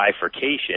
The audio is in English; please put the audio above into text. bifurcation